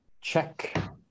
check